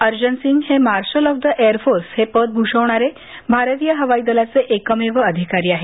अर्जन सिंग हे marshal of the air force हे पद भूषवणारे भारतीय हवाई दलाचे एकमेव अधिकारी आहेत